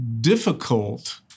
difficult